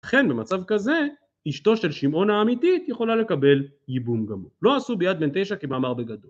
לכן במצב כזה אשתו של שמעון האמיתית יכולה לקבל ייבום גמור לא עשו ביד בן תשע כמאמר בגדול